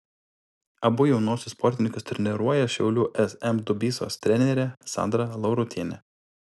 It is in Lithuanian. abu jaunuosius sportininkus treniruoja šiaulių sm dubysos trenerė sandra laurutienė